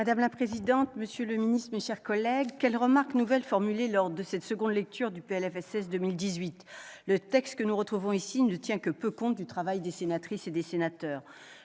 Madame la présidente, monsieur le secrétaire d'État, mes chers collègues, quelles remarques nouvelles formuler au moment d'aborder cette nouvelle lecture du PLFSS pour 2018 ? Le texte que nous retrouvons ici ne tient que peu compte du travail des sénatrices et des sénateurs.